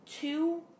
two